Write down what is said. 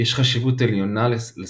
יש חשיבות עליונה לשפה,